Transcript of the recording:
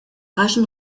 raschen